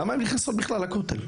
למה הן נכנסות בכלל לכותל?